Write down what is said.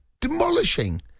Demolishing